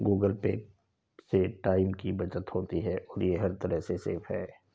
Google Pay से time की बचत होती है और ये हर तरह से सेफ है